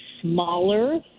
smaller